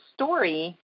story